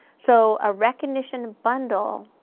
so a recognition bundle,